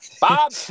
Bob